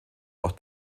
auch